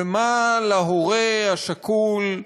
ומה להם להורה השכול,